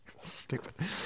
stupid